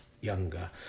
younger